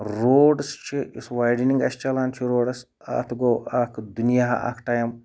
roads چھِ یُس widening اَسہِ چَلان چھِ روڈَس اَتھ گوٚو اَکھ دُنیا اَکھ ٹایم